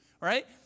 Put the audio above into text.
right